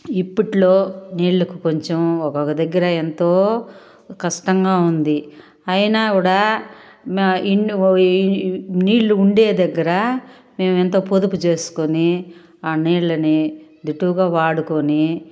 ఇప్పుట్లో నీళ్ళకు కొంచెం ఒకొక్క దగ్గర ఎంతో కష్టంగా ఉంది అయినా కూడా మా ఇన్ హోయి నీళ్ళు ఉండే దగ్గర మేమెంతో పొదుపుచేసుకొని నీళ్ళని దిటవుగా వాడుకొని